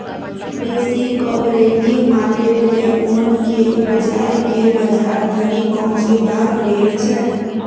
बेसी cooperative market मे ओन केँ उपजाए केँ बजार धरि पहुँचेबाक लेल छै